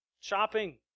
shopping